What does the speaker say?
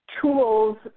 tools